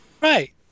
Right